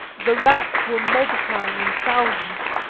the rats were multiplying in thousands,